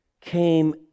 came